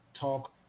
Talk